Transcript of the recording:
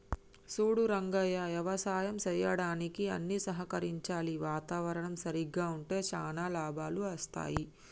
సూడు రంగయ్య యవసాయం సెయ్యడానికి అన్ని సహకరించాలి వాతావరణం సరిగ్గా ఉంటే శానా లాభాలు అస్తాయి